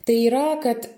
tai yra kad